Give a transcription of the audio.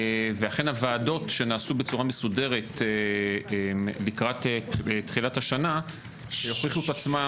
אכן הוועדות שנעשו בצורה מסודרת לקראת תחילת השנה הוכיחו את עצמן